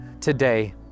today